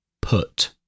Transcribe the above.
put